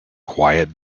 quiet